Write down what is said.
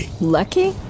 Lucky